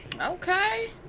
Okay